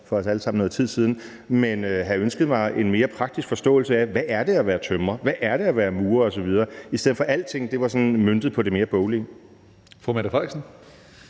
for os alle sammen efterhånden noget tid siden – have ønsket mig en mere praktisk forståelse af, hvad det er at være tømrer, og hvad det er at være murer osv., i stedet for at alting var sådan møntet på det mere boglige. Kl. 16:28 Tredje